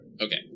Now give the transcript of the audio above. Okay